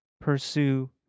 pursue